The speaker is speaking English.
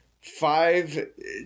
five